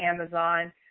Amazon